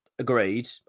Agreed